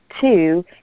Two